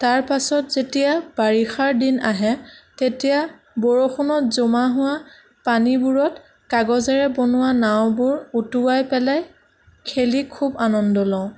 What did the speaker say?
তাৰ পাছত যেতিয়া বাৰিষাৰ দিন আহে তেতিয়া বৰষুণত জমা হোৱা পানীবোৰত কাগজেৰে বনোৱা নাওবোৰ উটুৱাই পেলাই খেলি খুব আনন্দ লওঁ